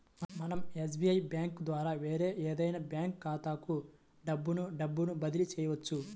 మనం SBI bank ద్వారా వేరే ఏదైనా బ్యాంక్ ఖాతాలకు డబ్బును డబ్బును బదిలీ చెయ్యొచ్చు